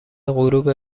غروب